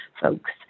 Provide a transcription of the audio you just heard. folks